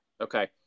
okay